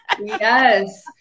Yes